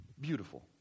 Beautiful